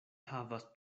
havas